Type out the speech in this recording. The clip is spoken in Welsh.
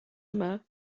yma